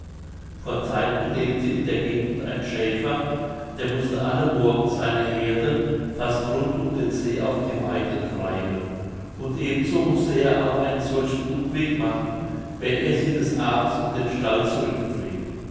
vor zeiten lebte in der gegend ein schäfer der mußte alle morgen seine heerde fast rund um den see auf die weide treiben und eben so mußte er auch einen solchen umweg machen wenn er sie des abends in den stall zurücktrieb